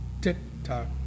tick-tock